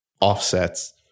offsets